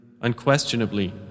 Unquestionably